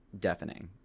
deafening